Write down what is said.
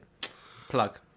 Plug